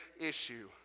issue